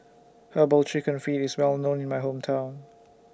Herbal Chicken Feet IS Well known in My Hometown